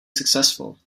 successful